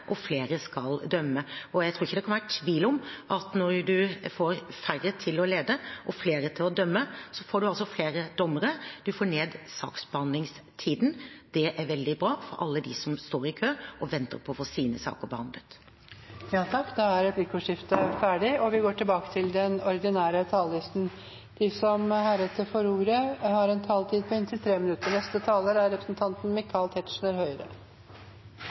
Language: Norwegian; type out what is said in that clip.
og flere skal dømme. Jeg tror ikke det kan være tvil om at når man får færre til å lede og flere til å dømme, får man altså flere dommere, man får ned saksbehandlingstiden. Det er veldig bra for alle dem som står i kø og venter på å få sine saker behandlet. Da er replikkordskiftet omme. De talerne som heretter får ordet, har en taletid på inntil 3 minutter.